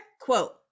quote